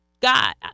God